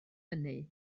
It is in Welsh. hynny